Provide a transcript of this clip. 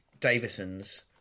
Davison's